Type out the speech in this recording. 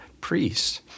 priests